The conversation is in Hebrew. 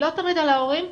לא תמיד על ההורים,